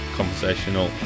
conversational